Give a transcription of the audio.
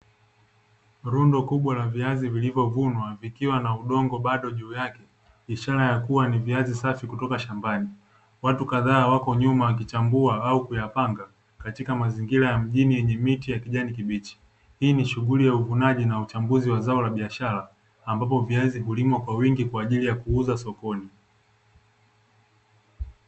Rundo kubwa la viazi vilivyovunwa vikiwa na udongo bado juu yake, ishara ya kuwa ni viazi safi kutoka shambani, watu kadhaa wako nyuma wakichambua au kuyapanga katika mazingira ya mjini yenye miti ya kijani kibichi, hii ni shughuli ya uvunaji na uchambuzi wa zao la biashara, ambapo viazi hulimwa kwa wingi kwa ajili ya kuuza sokoni.